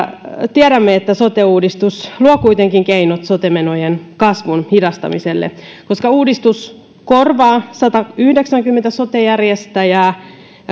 tiedämme että sote uudistus luo kuitenkin keinot sote menojen kasvun hidastamiselle koska uudistus korvaa satayhdeksänkymmentä sote järjestäjää